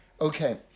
Okay